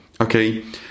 okay